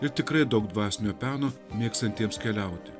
ir tikrai daug dvasinio peno mėgstantiems keliauti